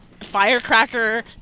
firecracker